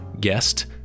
guest